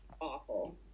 awful